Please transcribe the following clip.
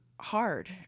hard